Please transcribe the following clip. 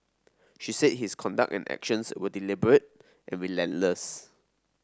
she said his conduct and actions were deliberate and relentless